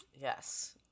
yes